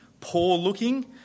poor-looking